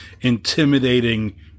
intimidating